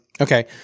okay